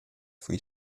free